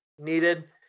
needed